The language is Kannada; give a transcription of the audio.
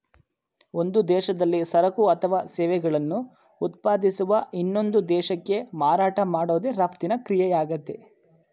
ಒಂದು ದೇಶದಲ್ಲಿ ಸರಕು ಅಥವಾ ಸೇವೆಗಳನ್ನು ಉತ್ಪಾದಿಸುವ ಇನ್ನೊಂದು ದೇಶಕ್ಕೆ ಮಾರಾಟ ಮಾಡೋದು ರಫ್ತಿನ ಕ್ರಿಯೆಯಾಗಯ್ತೆ